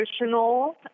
emotional